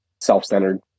self-centered